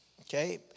okay